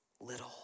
little